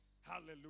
Hallelujah